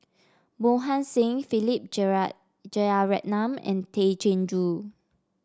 Mohan Singh Philip Jeyaretnam and Tay Chin Joo